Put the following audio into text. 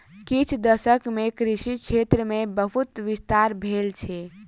किछ दशक मे कृषि क्षेत्र मे बहुत विस्तार भेल छै